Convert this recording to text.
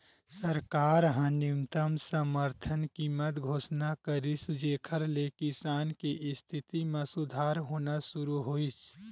सरकार ह न्यूनतम समरथन कीमत घोसना करिस जेखर ले किसान के इस्थिति म सुधार होना सुरू होइस